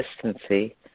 consistency